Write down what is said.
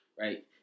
right